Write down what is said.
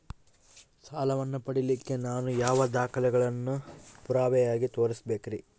ಸಾಲವನ್ನು ಪಡಿಲಿಕ್ಕೆ ನಾನು ಯಾವ ದಾಖಲೆಗಳನ್ನು ಪುರಾವೆಯಾಗಿ ತೋರಿಸಬೇಕ್ರಿ?